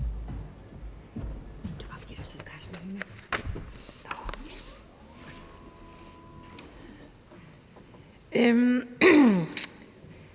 Tak